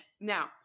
Now